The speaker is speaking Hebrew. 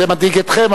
זה מדאיג אתכם,